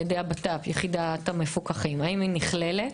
יחידת המפוקחים נכללת?